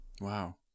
Wow